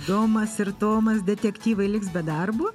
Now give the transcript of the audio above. domas ir tomas detektyvai liks be darbo